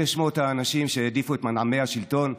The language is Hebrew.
אלה שמות האנשים שהעדיפו את מנעמי השלטון,